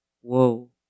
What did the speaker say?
whoa